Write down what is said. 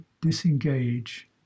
Disengage